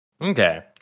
Okay